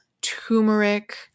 turmeric